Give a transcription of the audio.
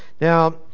now